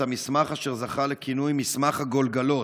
המסמך אשר זכה לכינוי "מסמך הגולגולות"